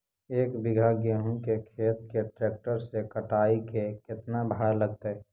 एक बिघा गेहूं के खेत के ट्रैक्टर से कटाई के केतना भाड़ा लगतै?